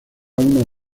uno